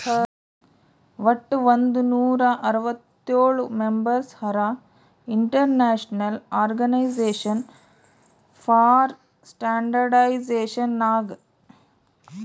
ವಟ್ ಒಂದ್ ನೂರಾ ಅರ್ವತ್ತೋಳ್ ಮೆಂಬರ್ಸ್ ಹರಾ international organization for standardization Nag